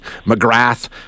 McGrath